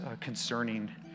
concerning